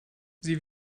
sie